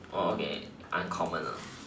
okay uncommon ah